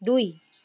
দুই